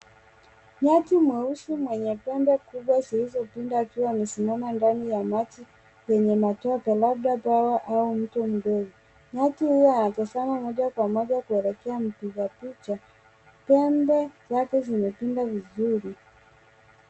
Nyati mweusi mwenye pembe kubwa zilizopinda akiwa amesimama ndani ya maji yenye matope labda bwawa au mto mdogo. Nyati huyu anatazama moja kwa moja kuelekea mpiga picha . Pembe zake zimepinda vizuri .